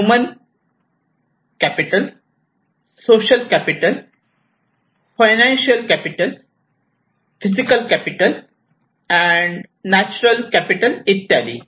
human capital social capital financial capital physical capital and natural capital इत्यादी